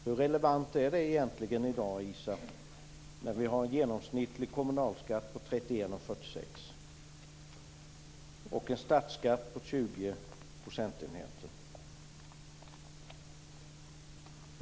Hur relevant är det egentligen i dag, Isa Halvarsson, när vi har en genomsnittlig kommunalskatt på 31,46 och en statsskatt på 20 procentenheter?